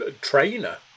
trainer